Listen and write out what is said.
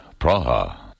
Praha